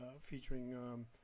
featuring